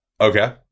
Okay